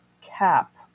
cap